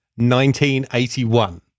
1981